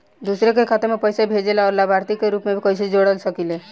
दूसरे के खाता में पइसा भेजेला और लभार्थी के रूप में कइसे जोड़ सकिले?